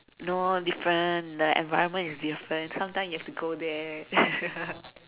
no different the environment is different sometime you have to go there